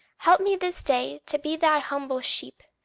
help me this day to be thy humble sheep,